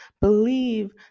Believe